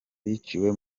biciwe